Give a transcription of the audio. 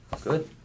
good